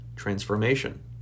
transformation